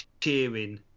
cheering